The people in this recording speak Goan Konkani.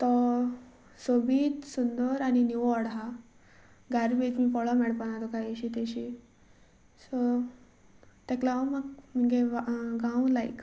तो सोबीत सुंदर आनी निवळ आसा गार्बज बी पडलेली मेळपा ना तुका अशी तशी सो ताका लागून हांव म्हाका म्हजो गांव लायक